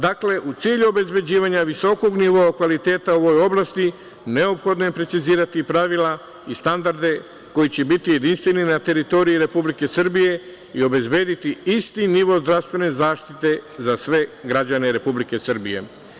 Dakle, u cilju obezbeđivanja visokog nivoa kvaliteta u ovoj oblasti, neophodno je precizirati pravila i standarde koji će biti jedinstveni na teritoriji Republike Srbije i obezbediti isti nivo zdravstvene zaštite za sve građane Republike Srbije.